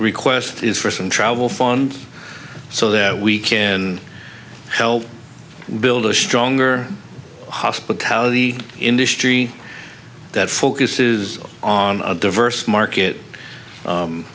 request is for some travel fund so that we can help build a stronger hospitality industry that focuses on a diverse market